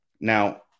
Now